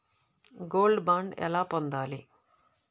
Gold bond ఎలా పొందాలి?